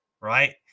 right